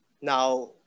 Now